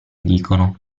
dicono